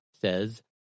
says